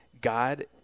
God